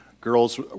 girls